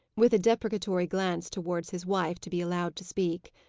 with a deprecatory glance towards his wife to be allowed to speak.